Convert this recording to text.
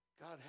God